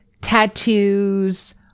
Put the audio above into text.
Tattoos